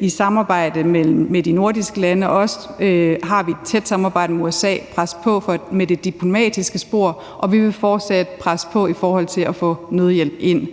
i samarbejde med de nordiske lande – også i et tæt samarbejde med USA – i det diplomatiske spor. Og vi vil fortsat presse på i forhold til at få nødhjælp ind.